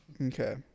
Okay